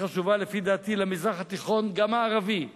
לפי דעתי, היא חשובה למזרח התיכון, גם הערבי,